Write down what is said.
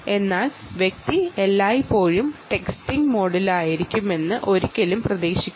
എന്നാൽ വ്യക്തി എല്ലായ്പ്പോഴും ടെക്സ്റ്റിംഗ് മോഡിലായിരിക്കുമെന്ന് ഒരിക്കലും പ്രതീക്ഷിക്കരുത്